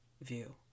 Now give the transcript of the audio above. view